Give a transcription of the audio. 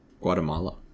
guatemala